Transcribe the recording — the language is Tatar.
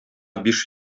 биш